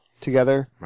together